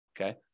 okay